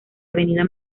avenida